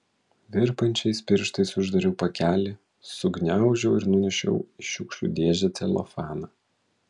virpančiais pirštais uždariau pakelį sugniaužiau ir nunešiau į šiukšlių dėžę celofaną